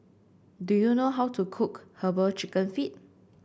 do you know how to cook herbal chicken feet